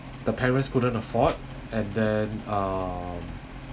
the parents couldn't afford and then uh